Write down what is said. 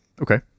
Okay